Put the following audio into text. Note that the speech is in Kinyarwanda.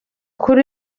kuri